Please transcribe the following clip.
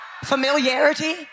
Familiarity